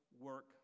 work